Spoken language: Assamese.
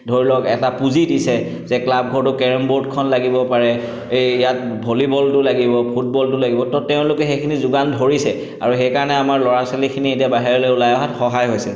ধৰি লওক এটা পুঁজি দিছে যে ক্লাব ঘৰটোত কেৰম বোৰ্ডখন লাগিব পাৰে এই ইয়াত ভলীবলটো লাগিব ফুটবলটো লাগিব তো তেওঁলোকে সেইখিনি যোগান ধৰিছে আৰু সেইকাৰণে আমাৰ ল'ৰা ছোৱালীখিনি এতিয়া বাহিৰলৈ ওলাই অহাত সহায় হৈছে